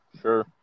sure